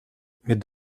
mit